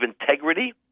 integrity